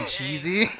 Cheesy